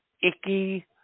icky